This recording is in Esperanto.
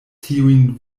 tiujn